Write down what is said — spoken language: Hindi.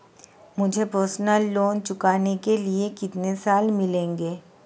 मुझे पर्सनल लोंन चुकाने के लिए कितने साल मिलेंगे?